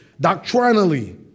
doctrinally